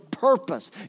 purpose